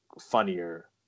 funnier